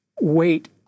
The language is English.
wait